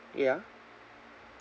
ya